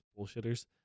bullshitters